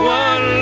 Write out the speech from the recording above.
one